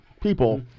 people